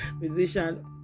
musician